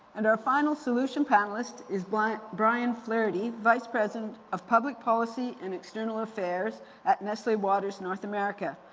and our final solution panelist is but brian flaherty, vice president of public policy and external affairs at nestle waters north america,